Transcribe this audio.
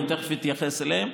תכף אתייחס אליהם.